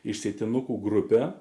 išsėtinukų grupe